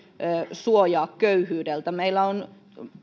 suojaa köyhyydeltä meillä on